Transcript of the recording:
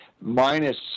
minus